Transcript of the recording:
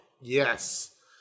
Yes